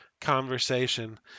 conversation